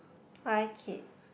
why kid